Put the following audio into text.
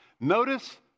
notice